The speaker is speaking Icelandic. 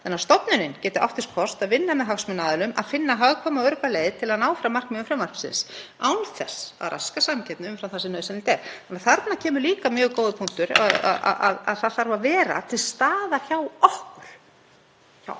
þannig að stofnunin geti átt þess kost að vinna með hagsmunaaðilum að finna hagkvæma og örugga leið til að ná fram markmiðum frumvarpsins, án þess að raska samkeppni umfram það sem nauðsynlegt er.“ Þarna kemur líka mjög góður punktur. Það þarf að vera til staðar hjá okkur